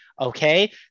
Okay